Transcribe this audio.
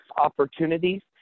opportunities